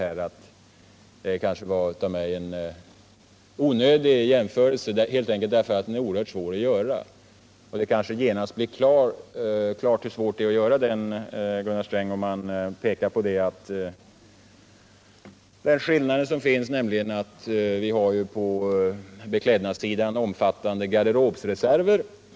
Det var kanske onödigt av mig att göra den jämförelsen, helt enkelt därför att den är svår att göra. Det kanske genast blir klart hur svårt det är att göra den, Gunnar Sträng, om man pekar på den skillnad som finns, nämligen att vi ju på beklädnadssidan har omfattande garderobsreserver.